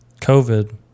covid